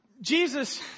Jesus